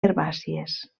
herbàcies